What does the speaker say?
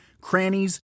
crannies